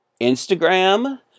Instagram